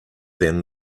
than